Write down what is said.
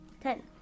Ten